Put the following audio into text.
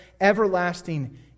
everlasting